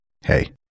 hey